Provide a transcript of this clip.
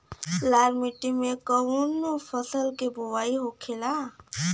लाल मिट्टी में कौन फसल के बोवाई होखेला?